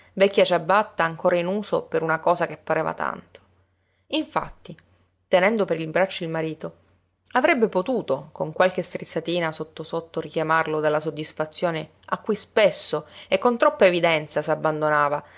vecchia ciabatta ancora in uso per una cosa che pareva tanto infatti tenendo per il braccio il marito avrebbe potuto con qualche strizzatina sotto sotto richiamarlo dalla soddisfazione a cui spesso e con troppa evidenza s'abbandonava